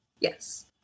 Yes